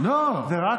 זה לא רק לוועדות קלפי.